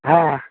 হ্যাঁ